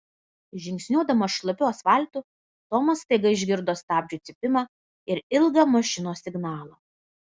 žingsniuodamas šlapiu asfaltu tomas staiga išgirdo stabdžių cypimą ir ilgą mašinos signalą